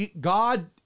God